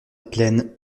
plaine